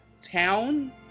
town